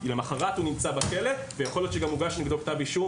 למוחרת הוא נמצא בכלא ויכול להיות שגם יוגש נגדו כתב אישום